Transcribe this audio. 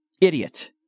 idiot